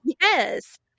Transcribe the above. yes